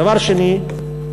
דבר שני,